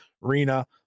Rina